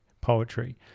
poetry